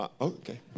Okay